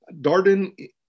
Darden